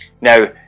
Now